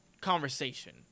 conversation